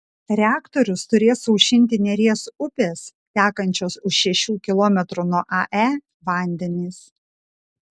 reaktorius turės aušinti neries upės tekančios už šešių kilometrų nuo ae vandenys